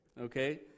okay